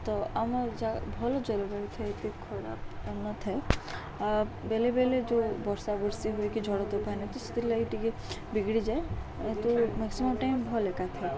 ତ ଆମ ଯ ଭଲ ଜଲବାୟୁ ଏତେ ଖରାପ ନଥାଏ ବେଲେ ବେଲେ ଯେଉଁ ବର୍ଷା ବର୍ଷୀ ହୋଇକି ଝଡ଼ ତୋଫାନ ହୁଏ ତ ସେଥିର୍ ଲାଗି ଟିକେ ବିଗଡ଼ି ଯାଏ ନାଇଁତ ମ୍ୟାକ୍ସିମମ୍ ଟାଇମ ଭଲ୍ ଏକା ଥାଏ